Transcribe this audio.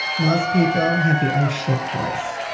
most people have the oh, shit' voice.